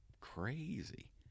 crazy